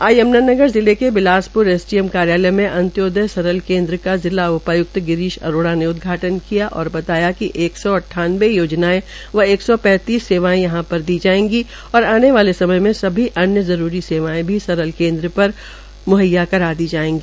आज यम्नानगर जिले के बिलासप्र एसडीएम कार्यालयमें अन्त्योदय सरल केन्द्र का जिला उपायुक्त गिरीश अरोड़ा ने उदघाटन किया और बतायाकि एक सौ अद्वानवे योनजायें व एक सौ पैंतीस सेवाएं यहा पर दी जायेगी और आने वाले समय में भी अन्य जरूरी सेवाएं भी सरल केन्द्र पर मुहैया कराई जायेगी